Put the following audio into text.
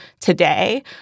today